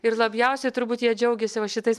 ir labiausiai turbūt jie džiaugėsi va šitais